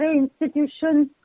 institutions